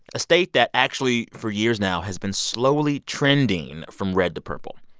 a state that actually, for years now, has been slowly trending from red to purple.